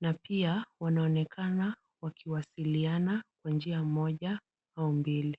na pia wanaonekana wakiwasiliana kwa njia moja au mbili.